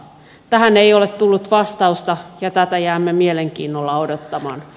tähän ei ole tullut vastausta ja tätä jäämme mielenkiinnolla odottamaan